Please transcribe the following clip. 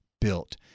built